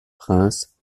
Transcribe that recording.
prince